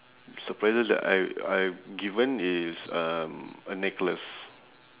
surprises that I I've given is um a necklace